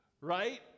right